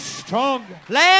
stronger